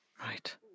Right